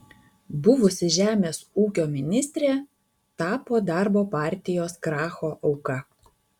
buvusi žemės ūkio ministrė tapo darbo partijos kracho auka